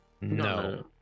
No